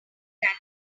that